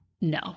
No